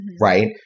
right